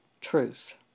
truth